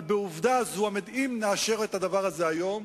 אבל אם נאשר את הדבר הזה היום,